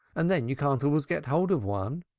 and then you can't always get hold of one.